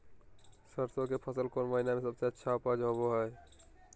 सरसों के फसल कौन महीना में सबसे अच्छा उपज होबो हय?